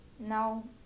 Now